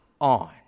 on